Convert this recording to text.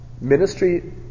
ministry